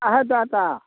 अ हय टाटा